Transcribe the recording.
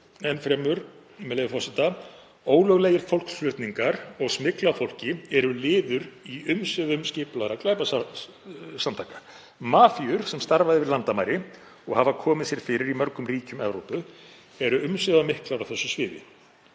enn fremur, með leyfi forseta: „Ólöglegir fólksflutningar og smygl á fólki eru liður í umsvifum skipulagðra glæpasamtaka. Mafíur sem starfa yfir landamæri og hafa komið sér fyrir í mörgum ríkjum Evrópu eru umsvifamiklar á þessu sviði.